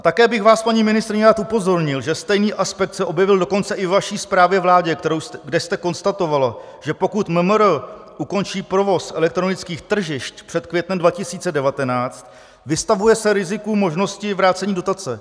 A také bych vás, paní ministryně, rád upozornil, že stejný aspekt se objevil dokonce i ve vaší zprávě vládě, kde jste konstatovala, že pokud MMR ukončí provoz elektronických tržišť před květnem 2019, vystavuje se riziku možnosti vrácení dotace.